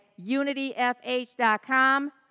unityfh.com